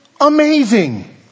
amazing